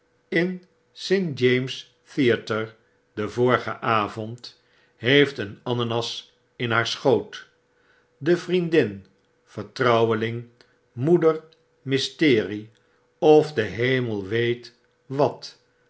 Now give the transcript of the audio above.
in het st james theater den vorigen avond heeft een ananas in haar schoot de vriendin vertrouweling moeder mysterie of de hemel weet wat